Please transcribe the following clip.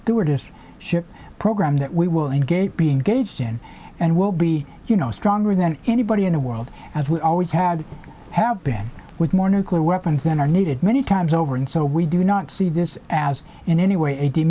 stewardess ship program that we will engage being gauged in and will be you know stronger than anybody in the world as we always had have been with more nuclear weapons than are needed many times over and so we do not see this as in any way